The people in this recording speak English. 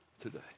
today